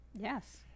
Yes